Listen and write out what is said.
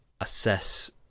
assess